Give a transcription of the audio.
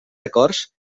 acords